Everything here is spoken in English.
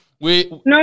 No